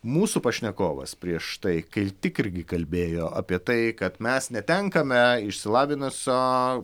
mūsų pašnekovas prieš tai kai tik irgi kalbėjo apie tai kad mes netenkame išsilavinusio